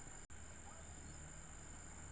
एक metric ton में कितनी सरसों होती है?